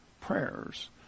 prayers